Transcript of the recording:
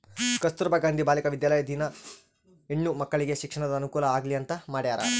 ಕಸ್ತುರ್ಭ ಗಾಂಧಿ ಬಾಲಿಕ ವಿದ್ಯಾಲಯ ದಿನ ಹೆಣ್ಣು ಮಕ್ಕಳಿಗೆ ಶಿಕ್ಷಣದ ಅನುಕುಲ ಆಗ್ಲಿ ಅಂತ ಮಾಡ್ಯರ